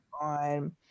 on